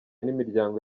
n’imiryango